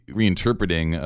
reinterpreting